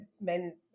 men